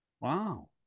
Wow